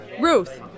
Ruth